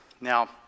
Now